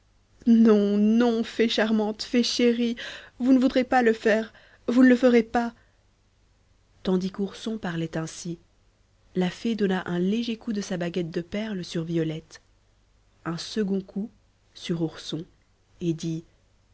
non non fée charmante fée chérie vous ne voudrez pas le faire vous ne le ferez pas tandis qu'ourson parlait ainsi la fée donna un léger coup de sa baguette de perles sur violette un second coup sur ourson et dit